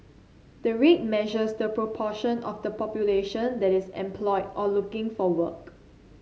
the rate measures the proportion of the population that is employed or looking for work